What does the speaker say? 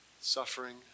suffering